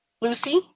Lucy